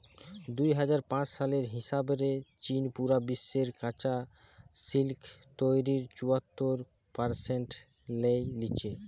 দুই হাজার পাঁচ সালের হিসাব রে চীন পুরা বিশ্বের কাচা সিল্ক তইরির চুয়াত্তর পারসেন্ট লেই লিচে